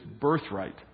birthright